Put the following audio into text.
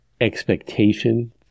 expectation